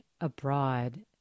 abroad